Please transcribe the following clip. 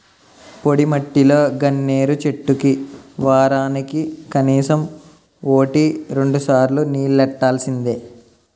పొడిమట్టిలో గన్నేరు చెట్లకి వోరానికి కనీసం వోటి రెండుసార్లు నీల్లెట్టాల్సిందే